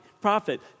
prophet